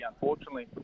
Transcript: Unfortunately